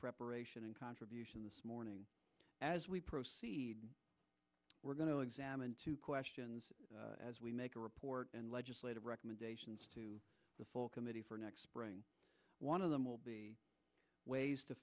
preparation and contribution this morning as we proceed we're going to examine two questions as we make a report and legislative recommendations to the full committee for next spring one of them will be ways to